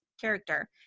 character